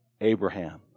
Abraham